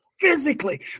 physically